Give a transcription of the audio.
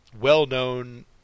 well-known